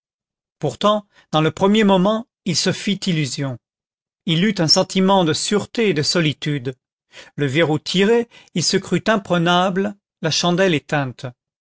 pourtant dans le premier moment il se fit illusion il eut un sentiment de sûreté et de solitude le verrou tiré il se crut imprenable la chandelle éteinte